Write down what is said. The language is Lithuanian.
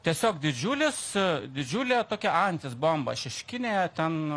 tiesiog didžiulis didžiulė tokia antis bomba šeškinėje ten